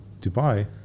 Dubai